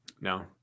no